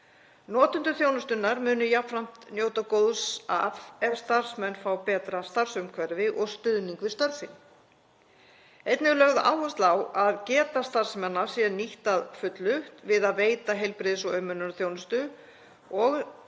Notendur þjónustunnar muni jafnframt njóta góðs af ef starfsmenn fá betra starfsumhverfi og stuðning við störf sín. Einnig er lögð áhersla á að geta starfsmanna sé nýtt að fullu við að veita heilbrigðis- og umönnunarþjónustu og að